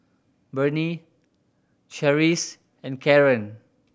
Bernie Charisse and Karren